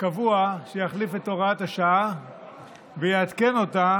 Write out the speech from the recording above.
קבוע שיחליף את הוראת השעה ויעדכן אותה,